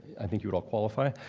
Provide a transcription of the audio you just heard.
i think you would all qualify.